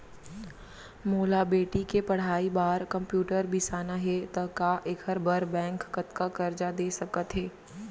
मोला बेटी के पढ़ई बार कम्प्यूटर बिसाना हे त का एखर बर बैंक कतका करजा दे सकत हे?